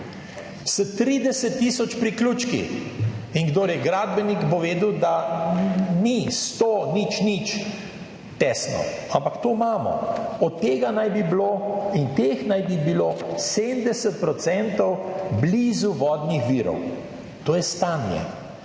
s 30 tisoč priključki in kdor je gradbenik bo vedel, da ni 100, nič nič tesno, ampak to imamo. Od tega naj bi bilo in teh naj bi bilo 70 % blizu vodnih virov. To je stanje.